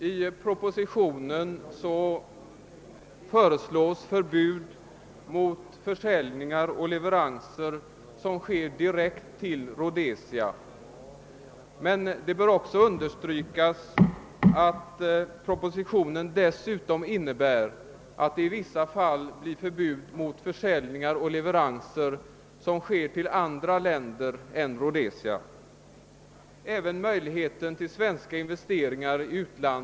I propositionen föreslås förbud mot försäljningar och leveranser som sker direkt till Rhodesia, men det bör understrykas att propositionen dessutom innebär, att det i vissa fall blir förbud mot försäljningar och leveranser som sker till andra länder än Rhodesia.